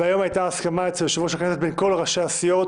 והיום הייתה הסכמה אצל יושב-ראש הכנסת בין כל ראשי הסיעות,